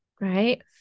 right